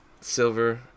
Silver